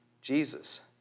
Jesus